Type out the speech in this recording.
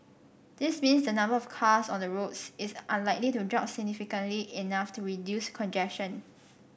this means the number of cars on the roads is unlikely to drop significantly enough to reduce congestion